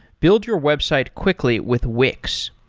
build your website quickly with wix.